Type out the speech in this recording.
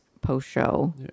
post-show